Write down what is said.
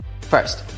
First